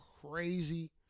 crazy